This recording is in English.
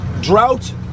drought